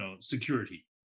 security